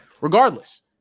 regardless